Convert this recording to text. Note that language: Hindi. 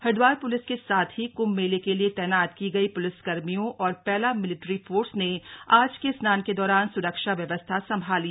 हरिद्वार प्लिस के साथ ही क्म्भ मेले के लिए तैनात की गई प्लिसकर्मियों और पैरामिलिट्री फोर्स ने आज के स्नान के दौरान स्रक्षा व्यवस्था संभाली